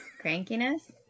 crankiness